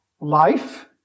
life